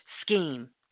scheme